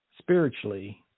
spiritually